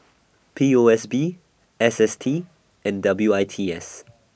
P O S B S S T and W I T S